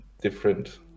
different